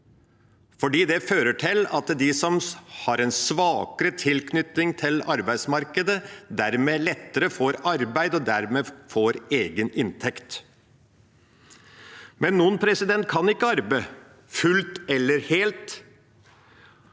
for det fører til at de som har en svakere tilknytning til arbeidsmarkedet, dermed lettere får arbeid og dermed får egen inntekt. Noen kan ikke arbeide fullt eller helt,